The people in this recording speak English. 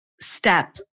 step